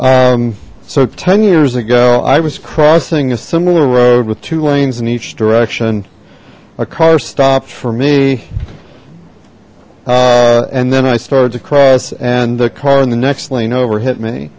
so ten years ago i was crossing a similar road with two lanes in each direction a car stopped for me and then i started to cross and the car in the next lane over hit me